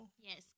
Yes